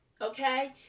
okay